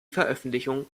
veröffentlichung